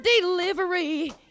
delivery